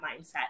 mindset